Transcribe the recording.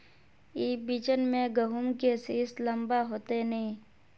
ई बिचन में गहुम के सीस लम्बा होते नय?